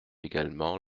également